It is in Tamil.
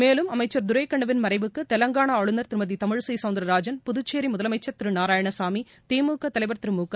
மேலும்அமைச்சர் துரைக்கண்ணுவின் மறைவுக்கு தெலங்கானா ஆளுநர் திருமதி தமிழிசை சௌந்தரராஜன் புதுச்சேரி முதலமைச்சர் திரு நாராயணசாமி திமுக தலைவர் திரு முக